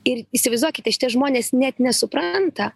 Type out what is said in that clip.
ir įsivaizduokite šitie žmonės net nesupranta